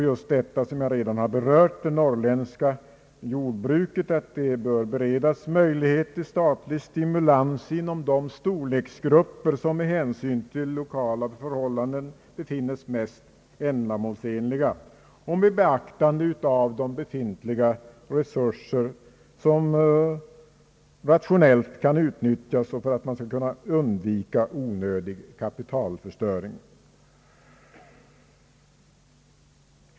Jag har, som jag redan berört, framhållit just att det norrländska jordbruket bör beredas möjlighet till statlig stimulans inom de storleksgrupper som med hänsyn till lokala förhållanden befinns mest ändamålsenliga och som, med beaktande av befintliga resurser, rationellt kan utnyttjas utan onödig kapitalförstöring.